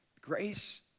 grace